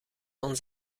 van